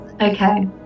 Okay